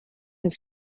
his